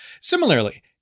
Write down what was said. Similarly